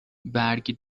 برگ